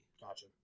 Gotcha